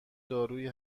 دارویی